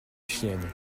chiennes